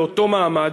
באותו מעמד,